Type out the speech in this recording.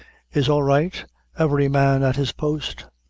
is all right every man at his post?